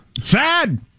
Sad